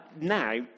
now